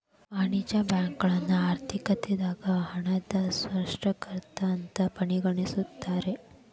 ವಾಣಿಜ್ಯ ಬ್ಯಾಂಕುಗಳನ್ನ ಆರ್ಥಿಕತೆದಾಗ ಹಣದ ಸೃಷ್ಟಿಕರ್ತ ಅಂತ ಪರಿಗಣಿಸ್ತಾರ